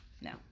No